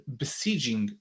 besieging